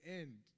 end